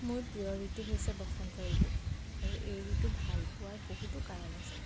মোৰ প্ৰিয় ঋতু হৈছে বসন্ত ঋতু আৰু এই ঋতু ভাল পোৱাৰ বহুতো কাৰণ আছে